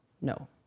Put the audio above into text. no